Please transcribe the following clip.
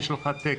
יש לך תקן,